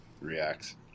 reacts